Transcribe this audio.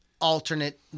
alternate